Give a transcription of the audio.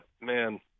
man